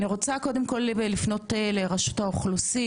אני רוצה קודם כל לפנות לרשות האוכלוסין,